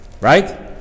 Right